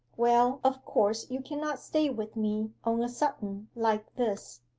well, of course you cannot stay with me on a sudden like this.